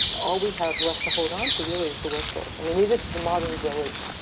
all we have left to hold on to, really is the work place, i mean it is the modern village.